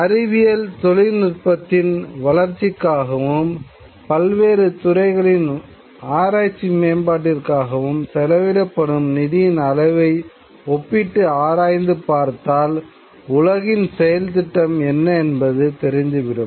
அறிவியல் தொழில்நுட்பத்தின் வளர்ச்சிக்காகவும் பல்வேறு துறைகளின் ஆராய்ச்சி மேம்பாட்டிற்காகவும் செலவிடப்படும் நிதியின் அளவை ஒப்பீட்டு ஆராய்ந்துப் பார்த்தால் உலகின் செயல்திட்டம் என்ன என்பது தெரிந்து விடும்